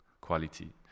quality